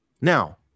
Now